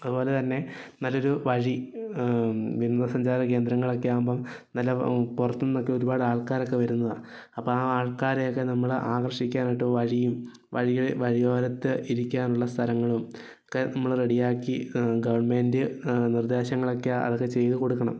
അതുപോലെ തന്നെ നല്ലൊരു വഴി വിനോദ സഞ്ചാര കേന്ദ്രങ്ങളൊക്കെ ആവുമ്പം നല്ല പുറത്തു നിന്നൊക്കെ ഒരുപാട് ആൾക്കാരൊക്കെ വരുന്നതാണ് അപ്പം ആ ആൾക്കാരെയൊക്കെ നമ്മൾ ആകർഷിക്കാനായിട്ട് വഴിയും വഴികളിൽ വഴിയോരത്ത് ഇരിക്കാനുള്ള സ്ഥലങ്ങളും ഒക്കെ നമ്മൾ റെഡിയാക്കി ഗവൺമെൻ്റ് നിർദ്ദേശങ്ങളൊക്കെ അതൊക്കെ ചെയ്തു കൊടുക്കണം